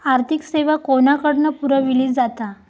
आर्थिक सेवा कोणाकडन पुरविली जाता?